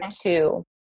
two